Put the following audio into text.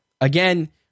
Again